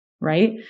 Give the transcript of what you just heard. right